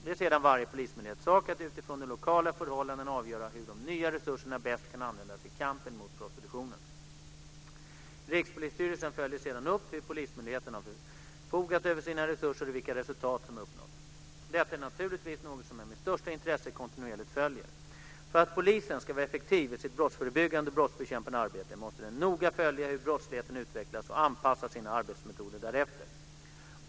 Det är sedan varje polismyndighets sak att utifrån de lokala förhållandena avgöra hur de nya resurserna bäst kan användas i kampen mot prostitutionen. Rikspolisstyrelsen följer sedan upp hur polismyndigheterna har förfogat över sina resurser och vilka resultat som har uppnåtts. Detta är naturligtvis något som jag med största intresse kontinuerligt följer. För att polisen ska vara effektiv i sitt brottsförebyggande och brottsbekämpande arbete måste den noga följa hur brottsligheten utvecklas och anpassa sina arbetsmetoder därefter.